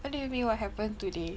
what do you mean what happen today